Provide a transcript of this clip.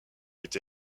été